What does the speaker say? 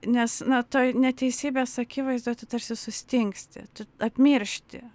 nes na toj neteisybės akivaizdoj tu tarsi sustingsti tu apmiršti